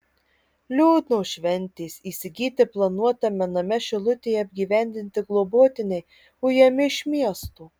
liūdnos šventės įsigyti planuotame name šilutėje apgyvendinti globotiniai ujami iš miesto